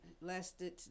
lasted